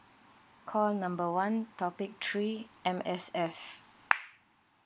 call number one topic three M_S_F